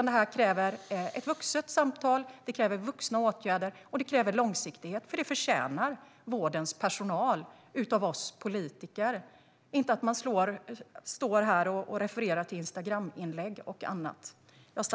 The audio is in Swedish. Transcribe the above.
Det här kräver ett vuxet samtal, det kräver vuxna åtgärder och det kräver långsiktighet. Det är vad vårdens personal förtjänar av oss politiker - inte att man står här och refererar till Instagraminlägg och annat.